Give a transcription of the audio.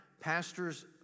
pastors